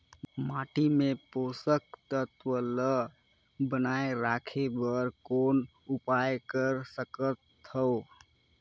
माटी मे पोषक तत्व ल बनाय राखे बर कौन उपाय कर सकथव?